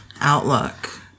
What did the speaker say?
outlook